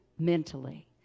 Mentally